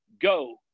go